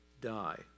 die